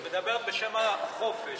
את מדברת בשם החופש.